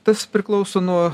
tas priklauso nuo